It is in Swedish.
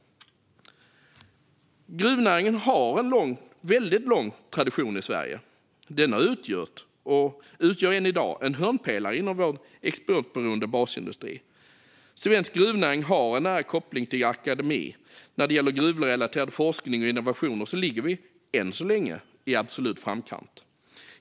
Gruvnäringen har en väldigt lång tradition i Sverige. Den har utgjort och utgör än i dag en hörnpelare inom vår exportberoende basindustri. Svensk gruvnäring har en nära koppling till akademi. När det gäller gruvrelaterad forskning och innovation ligger vi än så länge i absolut framkant.